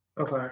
Okay